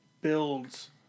builds